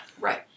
Right